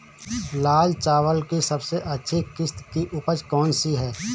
लाल चावल की सबसे अच्छी किश्त की उपज कौन सी है?